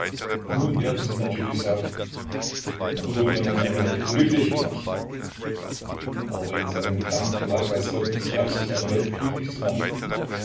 nun werden sie natürlich sagen napoleon hat eine welt glücklich gemacht aber in seinen gedanken lag weiß gott nicht die absicht eine welt glücklich zu machen